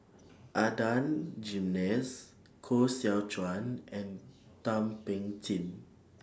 Adan Jimenez Koh Seow Chuan and Thum Ping Tjin